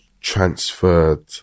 transferred